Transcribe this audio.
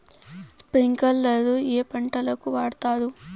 స్ప్రింక్లర్లు ఏ పంటలకు వాడుతారు?